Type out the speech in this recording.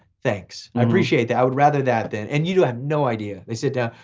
thanks, i appreciate that. i would rather that then, and you have no idea, they sit down,